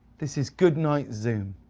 this is good night zoom.